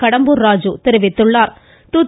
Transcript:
கடம்பூர் ராஜு தெரிவித்துள்ளா்